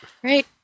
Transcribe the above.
Great